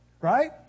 right